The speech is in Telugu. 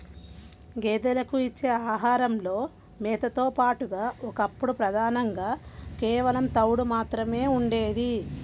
గేదెలకు ఇచ్చే ఆహారంలో మేతతో పాటుగా ఒకప్పుడు ప్రధానంగా కేవలం తవుడు మాత్రమే ఉండేది